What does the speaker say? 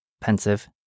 pensive